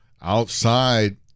outside